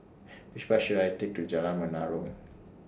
Which Bus should I Take to Jalan Menarong